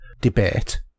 debate